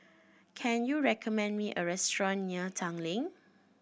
can you recommend me a restaurant near Tanglin